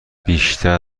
بیشتر